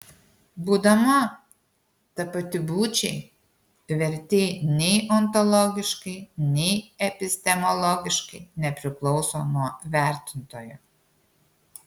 būdama tapati būčiai vertė nei ontologiškai nei epistemologiškai nepriklauso nuo vertintojo